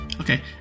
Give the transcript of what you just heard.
Okay